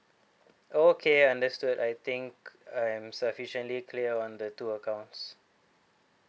okay understood I think I'm sufficiently clear on the two accounts